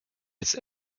jetzt